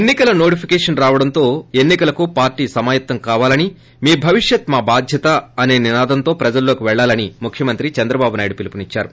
ఎన్సి కల నోటిఫికేషన్ రావడంతో ఎన్సి కలకు పార్టీలు సమాయత్తం కావాలని మీ భవిషత్ మా భాద్యత అనే నినాదంతో ప్రజల్లోకి పెళ్లాలని ముఖ్యమంత్రి చంద్రబాబు నాయుడు పిలుపునిద్సారు